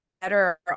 better